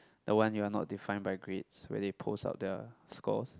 the one you are not defined by grades where they post out their scores